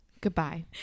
goodbye